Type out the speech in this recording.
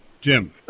Jim